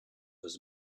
was